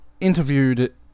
interviewed